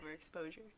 overexposure